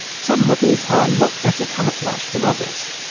some models are a lot better camouflaged than others.